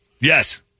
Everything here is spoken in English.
Yes